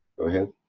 go ahead.